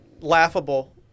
laughable